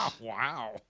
Wow